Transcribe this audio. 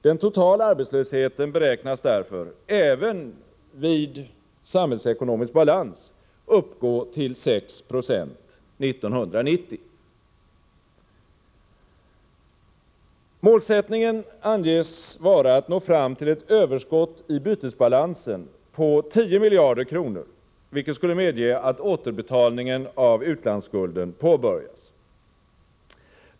Den totala arbetslösheten beräknas därför även vid samhällsekonomisk balans uppgå till ca 6 90 1990. Målsättningen anges vara att nå fram till ett överskott i bytesbalansen på 10 miljarder kronor, vilket skulle medge att återbetalningen av utlandsskulden påbörjas.